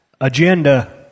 agenda